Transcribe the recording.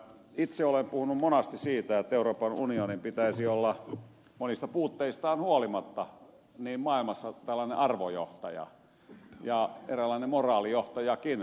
itse olen puhunut monasti siitä että euroopan unionin pitäisi olla monista puutteistaan huolimatta maailmassa tällainen arvojohtaja ja eräänlainen moraalijohtajakin